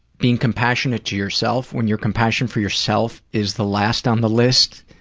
being compassionate to yourself, when your compassion for yourself is the last on the list,